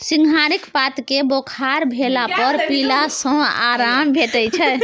सिंहारिक पात केँ बोखार भेला पर पीला सँ आराम भेटै छै